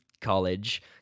college